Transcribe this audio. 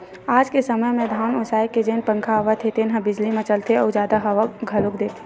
आज के समे म धान ओसाए के जेन पंखा आवत हे तेन ह बिजली म चलथे अउ जादा हवा घलोक देथे